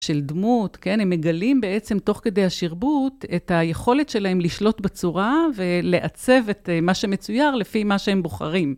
של דמות, כן? הם מגלים בעצם תוך כדי השרבוט, את היכולת שלהם לשלוט בצורה ולעצב את מה שמצויר לפי מה שהם בוחרים.